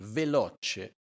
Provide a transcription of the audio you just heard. veloce